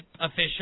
official